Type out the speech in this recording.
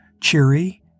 cheery